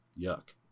Yuck